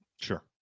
Sure